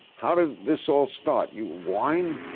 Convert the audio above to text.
how did this all start, you, wine?